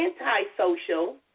antisocial